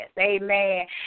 Amen